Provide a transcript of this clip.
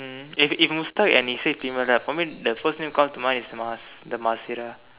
mm if if Mustad and you said Timus right for me the first name call to mind is Mas~ the Marsira